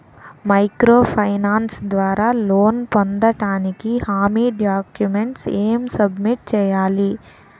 Micro finance ద్వారా loan పొందటానికి హామీ డాక్యుమెంట్స్ ఎం సబ్మిట్ చేయాలి?